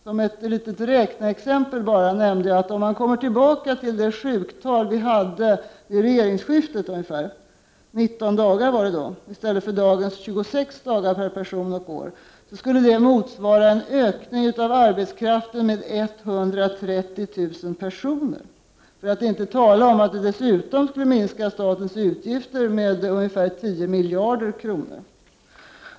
Som ett räkneexempel nämnde jag att om man kommer tillbaka till det sjuktal vi hade ungefär vid regeringsskiftet — 19 dagar, mot dagens 26 sjukdagar per person och år — skulle det motsvara en ökning av arbetskraften med 130 000 personer. Dessutom skulle det minska statens utgifter med ungefär 10 miljarder kronor.